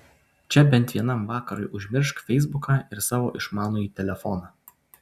čia bent vienam vakarui užmiršk feisbuką ir savo išmanųjį telefoną